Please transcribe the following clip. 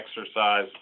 exercise